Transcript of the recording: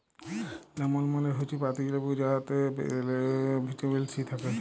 lemon মালে হৈচ্যে পাতাবি লেবু যাতে মেলা ভিটামিন সি থাক্যে